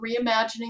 reimagining